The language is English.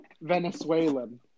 Venezuelan